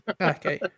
Okay